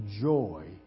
joy